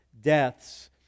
deaths